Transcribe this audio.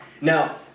Now